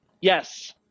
Yes